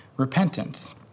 repentance